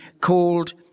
called